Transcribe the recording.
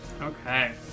Okay